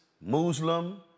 Muslim